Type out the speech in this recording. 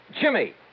Jimmy